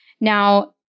Now